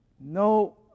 No